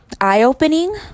eye-opening